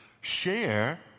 share